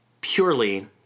purely